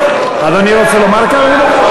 אדוני רוצה לומר כמה דברים?